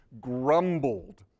grumbled